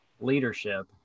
leadership